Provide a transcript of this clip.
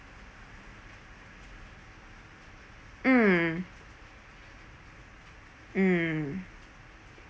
mm mm